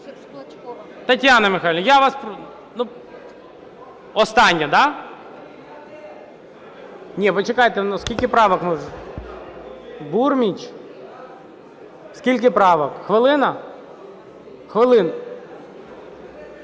Тетяна Михайлівна, я вас... Остання, да? Ні, почекайте, скільки правок? Бурміч? Скільки правок? Хвилина? Хвилина.